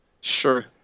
Sure